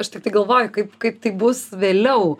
aš tiktai galvoju kaip kaip tai bus vėliau